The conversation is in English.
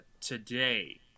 today